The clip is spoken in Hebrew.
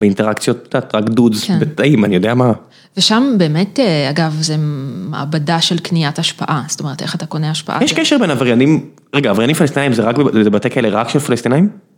באינטראקציות את יודעת, בתאים, אני יודע מה. ושם באמת, אגב, זו מעבדה של קניית השפעה, זאת אומרת איך אתה קונה השפעה. יש קשר בין עבריינים, רגע, עבריינים פלסטינאים זה בתי כלא רק של פלסטינאים?